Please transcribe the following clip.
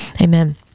Amen